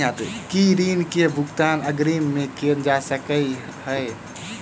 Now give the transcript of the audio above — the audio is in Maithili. की ऋण कऽ भुगतान अग्रिम मे कैल जा सकै हय?